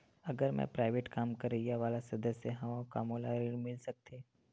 अगर मैं प्राइवेट काम करइया वाला सदस्य हावव का मोला ऋण मिल सकथे?